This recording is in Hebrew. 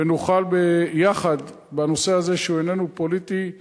ונוכל ביחד, בנושא הזה, שהוא איננו פוליטי,